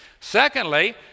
secondly